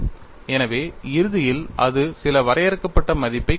எனவே இறுதியில் அது சில வரையறுக்கப்பட்ட மதிப்பைக் கொண்டிருக்கும்